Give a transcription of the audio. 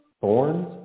thorns